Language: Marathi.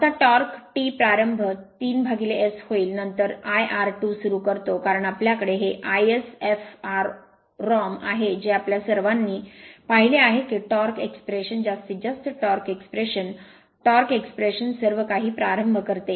आता टॉर्क T प्रारंभ 3 S होईल नंतर I r2 सुरू करतो कारण आपल्याकडे हे iSfrom आहे जे आपल्या सर्वांनी पाहिले आहे की टॉर्क एक्स्प्रेशन जास्तीत जास्त टॉर्क एक्स्प्रेशन टॉर्क एक्स्प्रेशन सर्व काही प्रारंभ करते